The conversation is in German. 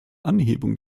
anhebung